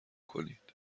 کنید